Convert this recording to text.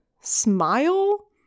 Smile